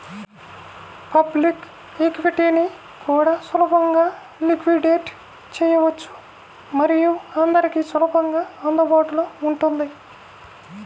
public ఈక్విటీని కూడా సులభంగా లిక్విడేట్ చేయవచ్చు మరియు అందరికీ సులభంగా అందుబాటులో ఉంటుంది